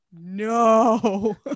no